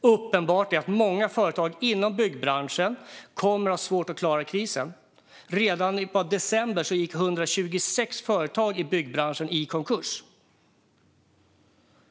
Uppenbart är att många företag inom byggbranschen kommer att ha svårt att klara krisen. Bara i december gick 126 företag i byggbranschen i konkurs.